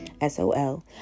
S-O-L